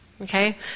Okay